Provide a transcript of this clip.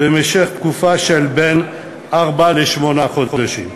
במשך תקופה של בין ארבעה לשמונה חודשים,